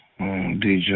DJ